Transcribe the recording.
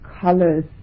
colors